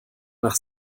nach